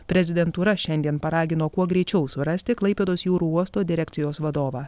prezidentūra šiandien paragino kuo greičiau surasti klaipėdos jūrų uosto direkcijos vadovą